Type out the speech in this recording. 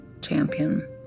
champion